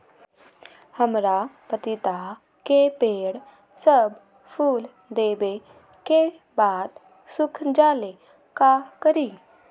हमरा पतिता के पेड़ सब फुल देबे के बाद सुख जाले का करी?